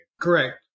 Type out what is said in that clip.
Correct